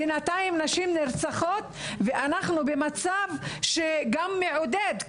בינתיים נשים נרצחות ואנחנו במצב שגם מעודד.